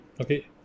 okay